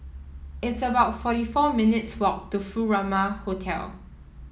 it's about forty four minutes' walk to Furama Hotel